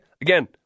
Again